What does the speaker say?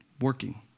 working